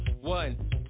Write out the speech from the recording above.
One